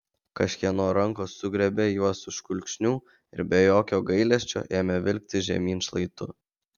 kažkieno rankos sugriebė juos už kulkšnių ir be jokio gailesčio ėmė vilkti žemyn šlaitu